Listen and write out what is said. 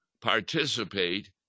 participate